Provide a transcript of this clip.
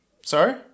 Sorry